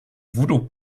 voodoo